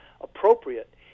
appropriate